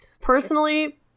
Personally